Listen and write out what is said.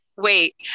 Wait